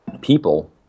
people